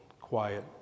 quiet